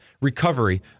recovery